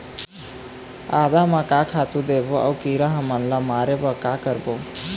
आदा म का खातू देबो अऊ कीरा हमन ला मारे बर का करबो?